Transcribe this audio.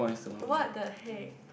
what the heck